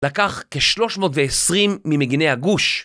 לקח כ-320 ממגיני הגוש